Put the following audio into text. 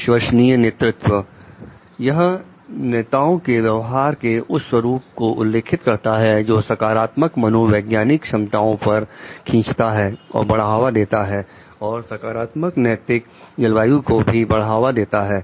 विश्वसनीय नेतृत्व यह नेताओं के व्यवहार के उस स्वरूप उल्लेखित करता है जो सकारात्मक मनोवैज्ञानिक क्षमताओं पर खींचता है और बढ़ावा देता है और सकारात्मक नैतिक जलवायु को भी बढ़ावा देता है